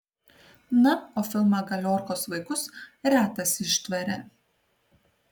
na o filmą galiorkos vaikus retas ištveria